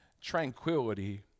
tranquility